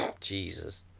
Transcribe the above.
Jesus